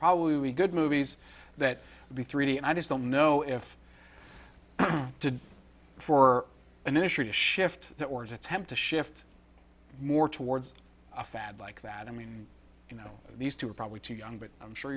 probably good movies that the three d and i just don't know if to for an issue to shift that one's attempt to shift more towards a fad like that i mean you know these two are probably too young but i'm sure